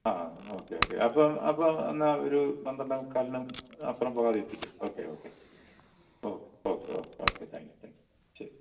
ആ okay okay അപ്പം അപ്പോൾ എന്നാ ഒരു പന്ത്രണ്ടേ മുക്കാലിന് അപ്പുറം പോകാതെ എത്തിക്ക് ഓക്കേ ഓക്കേ ഓ ഓക്കേ ഓക്കേ താങ്ക്യൂ താങ്ക്യൂ ശരി